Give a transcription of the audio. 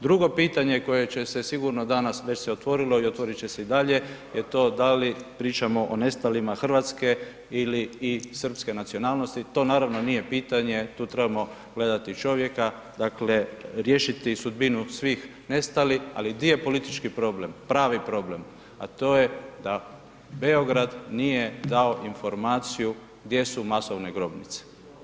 Drugo pitanje koje će sigurno danas, već se otvorilo o otvorit će se i dalje je to da li pričamo o nestalima Hrvatske ili i srpske nacionalnosti, to naravno nije pitanje, tu trebamo gledati čovjeka, dakle riješiti sudbinu svih nestalih ali gdje je politički problem, pravi problem, a to je da Beograd nije dao informaciju gdje su masovne grobnice.